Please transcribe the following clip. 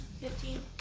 Fifteen